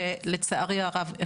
שלצערי הרב,